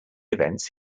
events